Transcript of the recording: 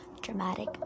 Dramatic